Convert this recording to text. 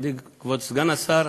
מכובדי כבוד סגן השר,